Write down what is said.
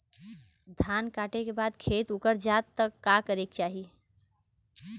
धान कांटेके बाद अगर खेत उकर जात का करे के चाही?